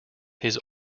his